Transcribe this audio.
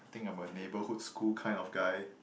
I think I'm a neighbourhood school kind of guy